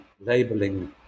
labeling